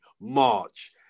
March